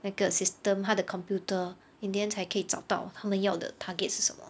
那个 system 他的 computer in the end 才可以找到他们要的 target 是什么